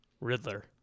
riddler